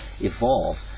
evolve